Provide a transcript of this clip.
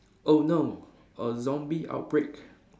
oh no a zombie outbreak